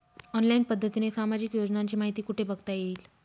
Online पद्धतीने सामाजिक योजनांची माहिती कुठे बघता येईल?